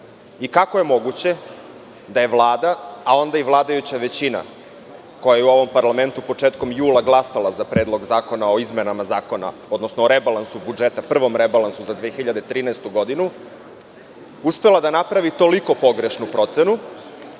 i kako je moguće da je Vlada, a onda i vladajuća većina koja je u ovom parlamentu početkom jula glasala za Predlog zakona o izmenama zakona, odnosno rebalansu budžeta, prvom rebalansu za 2013. godinu, uspela da napravi toliko pogrešnu procenu,